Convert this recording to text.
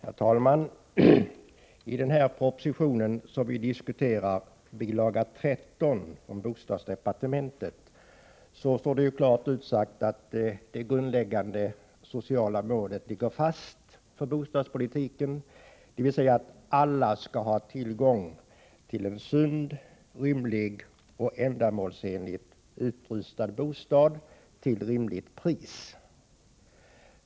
Herr talman! I den proposition som vi diskuterar — bil. 13 från bostadsdepartementet — står det klart utsagt att det grundläggande sociala målet för bostadspolitiken ligger fast, dvs. att alla skall ha tillgång till en sund, rymlig och ändamålsenligt utrustad bostad till rimligt pris.